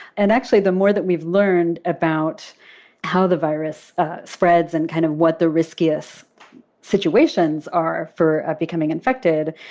and actually, the more that we've learned about how the virus spreads and kind of what the riskiest situations are for becoming infected,